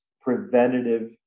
preventative